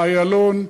באיילון,